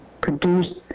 produce